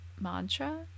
mantra